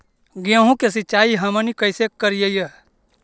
गेहूं के सिंचाई हमनि कैसे कारियय?